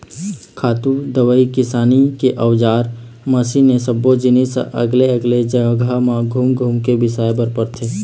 खातू, दवई, किसानी के अउजार, मसीन ए सब्बो जिनिस ह अलगे अलगे जघा म घूम घूम के बिसाए बर परथे